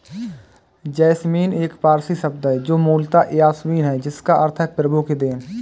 jasmine एक पारसी शब्द है जो मूलतः यासमीन है जिसका अर्थ है प्रभु की देन